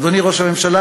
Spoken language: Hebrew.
אדוני ראש הממשלה,